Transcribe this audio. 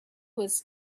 was